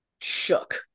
shook